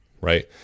right